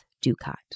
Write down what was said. Ducat